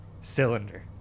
cylinder